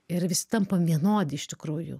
ir visi tampam vienodi iš tikrųjų